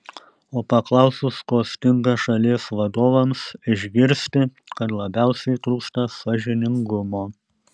o paklausus ko stinga šalies vadovams išgirsti kad labiausiai trūksta sąžiningumo